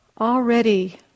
already